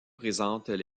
présentent